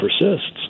persists